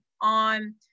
on